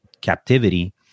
captivity